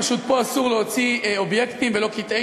פשוט אסור פה להוציא אובייקטים ולא קטעי